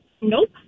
Nope